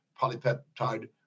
polypeptide